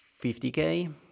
50K